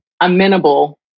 amenable